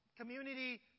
community